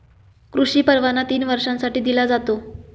कृषी परवाना तीन वर्षांसाठी दिला जातो